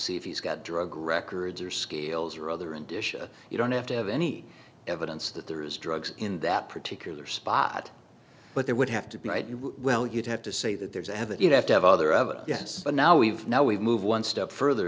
see if he's got drug records or scales or other and disha you don't have to have any evidence that there is drugs in that particular spot but there would have to be well you'd have to say that there's a heaven you have to have other of it yes but now we've now we've moved one step further